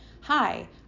hi